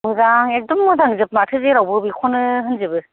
मोजां एकद'म मोजांजोब माथो जेरावबो बेखौनो होनजोबो